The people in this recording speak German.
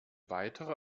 weitere